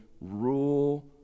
rule